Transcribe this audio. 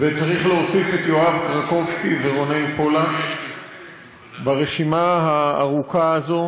וצריך להוסיף את יואב קרקובסקי ורונן פולק לרשימה הארוכה הזאת